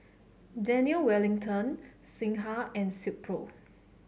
Daniel Wellington Singha and Silkpro